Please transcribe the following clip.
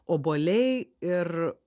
obuoliai ir